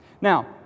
Now